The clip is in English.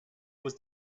was